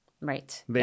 Right